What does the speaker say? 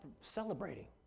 celebrating